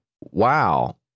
Wow